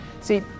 See